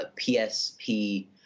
PSP